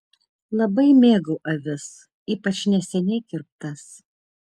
labai mėgau avis ypač neseniai kirptas